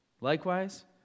Likewise